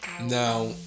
Now